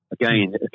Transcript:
Again